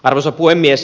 arvoisa puhemies